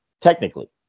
technically